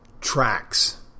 tracks